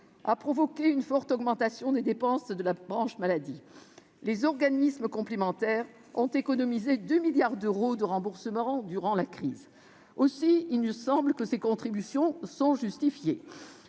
a provoqué une forte augmentation des dépenses de la branche maladie, les organismes complémentaires ont économisé 2 milliards d'euros de remboursement durant la crise. Aussi, il nous semble que cette contribution est justifiée.